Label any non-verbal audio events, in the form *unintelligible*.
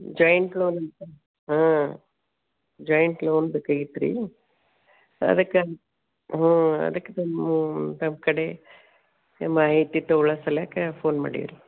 joint loan *unintelligible* ಹ್ಞೂ joint loan ಬೇಕಾಗಿತ್ತು ರೀ ಅದಕ್ಕೆ ಹ್ಞೂ ಅದಕ್ಕೆ ತಮ್ಮ ಕಡೆ ಮಾಹಿತಿ ತೊಗೊಳೋ ಸಲಾಕ ಫೋನ್ ಮಾಡೀವಿ ರೀ